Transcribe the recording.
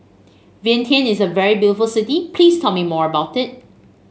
Vientiane is a very beautiful city please tell me more about it